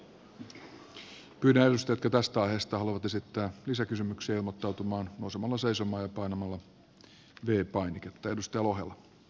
pyydän edustajia jotka tästä aiheesta haluavat esittää lisäkysymyksiä ilmoittautumaan nousemalla seisomaan ja painamalla v painiketta